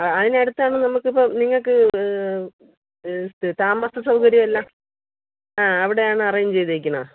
അതിന് അടുത്താണ് നമുക്കിപ്പം നിങ്ങൾക്ക് താമസ സൗകര്യമെല്ലാം ആ അവിടെയാണ് അറേഞ്ച് ചെയ്തേക്കുന്നത്